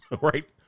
right